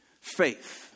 faith